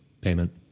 payment